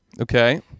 Okay